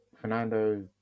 Fernando